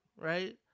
right